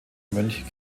mönch